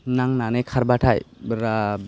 नांनानै खारबाथाय बिराथ